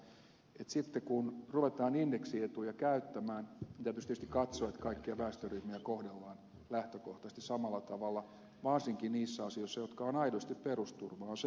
arhinmäen perusteltuun kysymykseen että sitten kun ruvetaan indeksietuja käyttämään pitäisi tietysti katsoa että kaikkia väestöryhmiä kohdellaan lähtökohtaisesti samalla tavalla varsinkin niissä asioissa jotka ovat aidosti perusturvaa